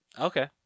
Okay